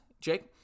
Jake